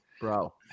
bro